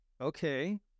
okay